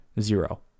Zero